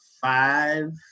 five